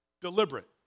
Deliberate